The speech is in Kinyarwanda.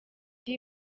ati